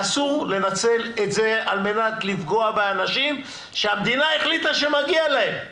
ואסור לנצל את זה על מנת לפגוע באנשים שהמדינה החליטה שמגיע להם.